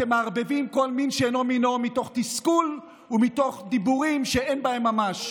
אתם מערבבים מין בשאינו מינו מתוך תסכול ומתוך דיבורים שאין בהם ממש.